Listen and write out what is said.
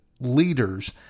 leaders